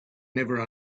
never